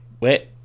Wait